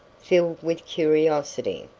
filled with curiosity.